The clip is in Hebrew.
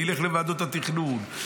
נלך לוועדות התכנון.